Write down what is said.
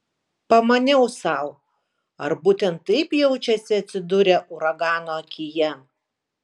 pamaniau sau ar būtent taip jaučiasi atsidūrę uragano akyje